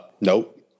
Nope